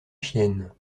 chiennes